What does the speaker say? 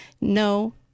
No